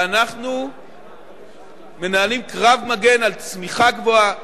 ואנחנו מנהלים קרב מגן על צמיחה גבוהה,